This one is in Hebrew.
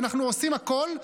ואנחנו עושים הכול,